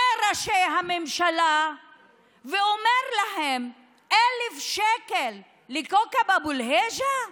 ראשי הממשלה ואומר להם: 1,000 שקל לכאוכב אבו אל-היג'א?